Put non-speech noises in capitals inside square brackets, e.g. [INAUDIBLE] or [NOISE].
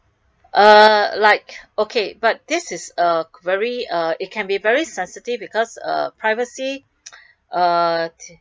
uh like okay but this is a very uh it can be very sensitive because uh privacy [NOISE] uh